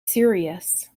serious